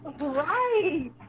Right